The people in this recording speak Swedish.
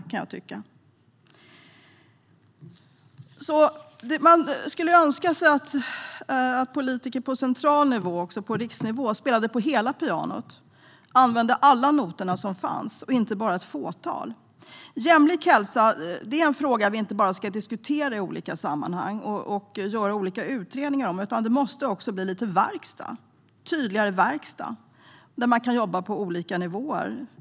Jag önskar att politiker på riksnivå spelade på hela pianot och använde alla toner och inte bara ett fåtal. Jämlik hälsa ska inte bara diskuteras i olika sammanhang och utredas, utan det måste bli mer verkstad på olika nivåer.